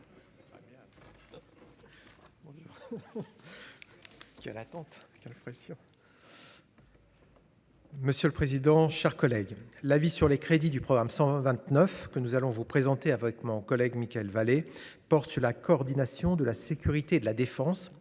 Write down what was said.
Monsieur le président, chers collègues, la vie sur les crédits du programme 129 que nous allons vous présenter avec mon collègue Mickael Vallet porte sur la coordination de la sécurité de la Défense